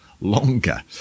longer